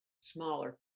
Smaller